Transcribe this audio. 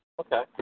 Okay